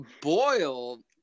Boyle